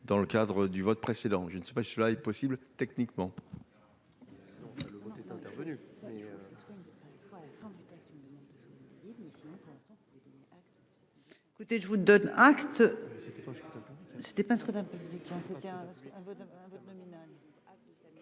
dans le cadre du vote précédent. Je ne sais pas si cela est possible techniquement.